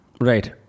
Right